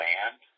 Land